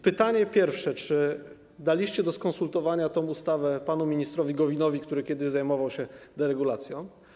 Pytanie pierwsze: Czy daliście do skonsultowania tę ustawę panu ministrowi Gowinowi, który kiedyś zajmował się deregulacją?